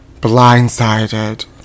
Blindsided